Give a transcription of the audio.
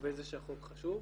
לגבי זה שהחוק חשוב,